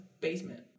basement